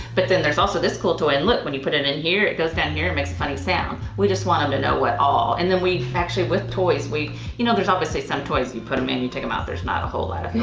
but then there's also this cool toy and look when you put it in here it goes down here makes a funny sound. we just want them to know what all, and then, we actually, with toys, we, you know, there's obviously some toys you put them in you take them out there's, not a whole